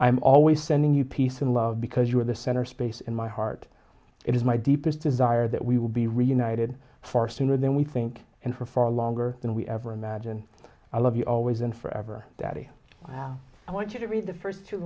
i'm always sending you peace and love because you are the center space in my heart it is my deepest desire that we will be reunited far sooner than we think and for far longer than we ever imagined i love you always and forever daddy wow i want you to read the first